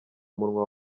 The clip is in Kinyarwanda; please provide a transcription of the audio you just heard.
umunwa